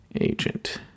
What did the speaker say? agent